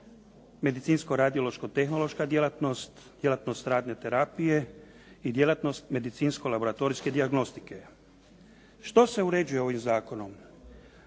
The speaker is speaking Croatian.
medicinsko radiološko tehnološka djelatnost, djelatnost radne terapije i djelatnost medicinsko-laboratorijske dijagnostike. Što se uređuje ovim zakonom?